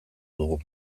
dugu